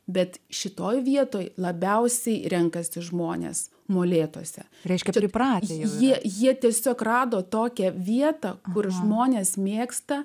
bet šitoje vietoj labiausiai renkasi žmonės molėtuose reiškia turi pradžią jie jie tiesiog rado tokią vietą kur žmonės mėgsta